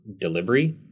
delivery